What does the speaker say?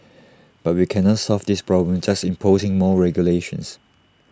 but we cannot solve this problem just imposing more regulations